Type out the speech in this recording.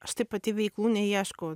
aš tai pati veiklų neieškau